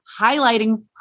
highlighting